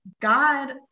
God